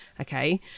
Okay